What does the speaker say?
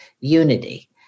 unity